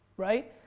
right?